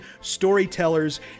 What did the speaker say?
storytellers